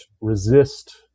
resist